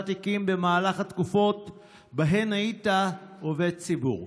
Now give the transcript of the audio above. תיקים במהלך התקופות בהן היית עובד ציבור".